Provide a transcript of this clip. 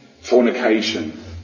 fornication